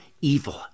evil